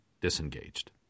Disengaged